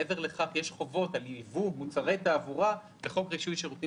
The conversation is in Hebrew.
מעבר לכך יש חובות על ייבוא מוצרי תעבורה בחוק רישוי שירותים